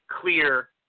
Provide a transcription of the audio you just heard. clear